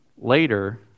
later